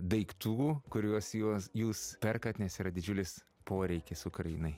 daiktų kuriuos juos jūs perkat nes yra didžiulis poreikis ukrainai